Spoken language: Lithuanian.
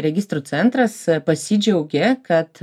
registrų centras pasidžiaugė kad